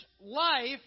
life